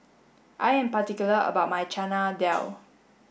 I am particular about my Chana Dal